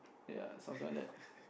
ya something like that